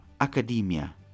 academia